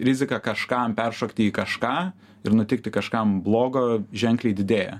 rizika kažkam peršokti į kažką ir nutikti kažkam blogo ženkliai didėja